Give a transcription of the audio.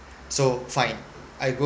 so fine I go